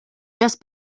just